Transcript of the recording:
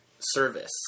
Service